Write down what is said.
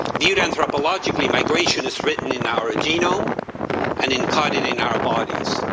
viewed anthropologically, migration is written in our ah genome and encoded in our bodies,